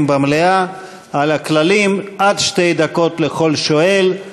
במליאה על הכללים: עד שתי דקות לכל שואל,